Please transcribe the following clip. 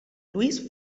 luis